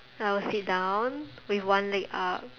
I will sit down with one leg up